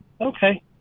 Okay